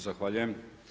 Zahvaljujem.